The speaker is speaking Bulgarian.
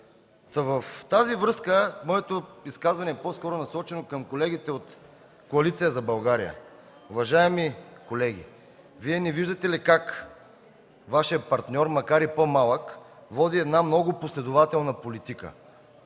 с това моето изказване по-скоро е насочено към колегите от Коалиция за България. Уважаеми колеги, Вие не виждате ли как Вашият партньор, макар и по-малък, води една много последователна политика